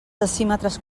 decímetres